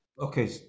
Okay